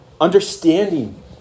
understanding